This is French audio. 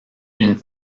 une